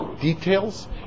details